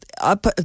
up